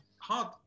Hard